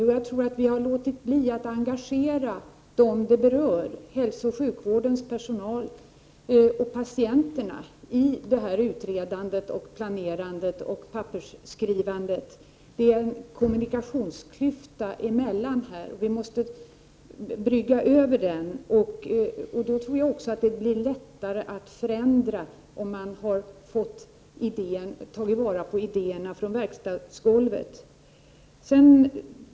Ja, jag tror att vi har låtit bli att engagera dem det berör, dvs. hälsooch sjukvårdens personal och patienterna, i utredandet, planerandet och pappersskrivandet. Det är en kommunikationsklyfta häremellan, och den måste bryggas över. Det blir också lättare att förändra om idéerna från verkstadsgolvet har tagits till vara.